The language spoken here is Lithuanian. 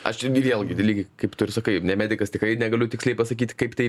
aš čia vėlgi lygiai kaip tu ir sakai ne medikas tikrai negaliu tiksliai pasakyti kaip tai